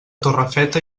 torrefeta